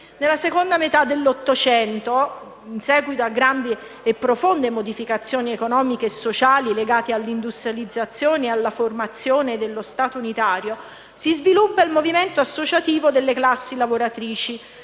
Nella seconda metà dell'800, a seguito delle grandi e profonde modificazioni economiche e sociali legate all'industrializzazione e alla formazione dello Stato unitario, si sviluppa il movimento associativo delle classi lavoratrici.